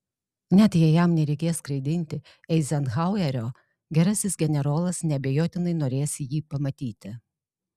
net jei jam nereikės skraidinti eizenhauerio gerasis generolas neabejotinai norės jį pamatyti